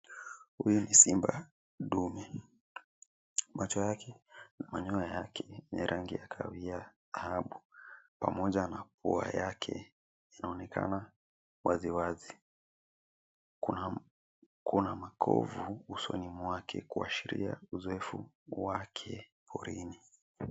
Huyu ni simba dume. Macho yake na manyoya yake ni ya rangi ya kahawia dhahabu, pamoja na pua yake, inaonekana waziwazi. Kuna, kuna makovu usoni mwake, kuashiria uzoefu wake porini.